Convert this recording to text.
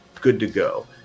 good-to-go